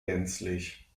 gänzlich